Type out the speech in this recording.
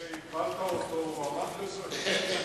וכשהגבלת אותו הוא עמד בזה?